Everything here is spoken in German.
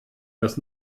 das